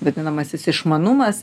vadinamasis išmanumas